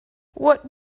what